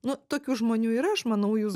nu tokių žmonių yra aš manau jūs